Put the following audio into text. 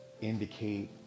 indicate